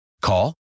Call